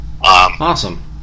Awesome